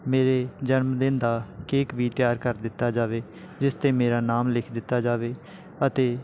ਮੇਰੇ ਜਨਮ ਦਿਨ ਦਾ ਕੇਕ ਵੀ ਤਿਆਰ ਕਰ ਦਿੱਤਾ ਜਾਵੇ ਜਿਸ 'ਤੇ ਮੇਰਾ ਨਾਮ ਲਿਖ ਦਿੱਤਾ ਜਾਵੇ ਅਤੇ